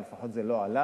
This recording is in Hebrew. אבל לפחות הוא לא עלה.